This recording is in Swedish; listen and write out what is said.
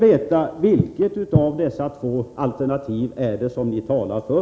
Vilket av de två alternativen är det som ni talar för?